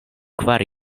kvar